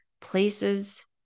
places